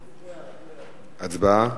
הצבעה.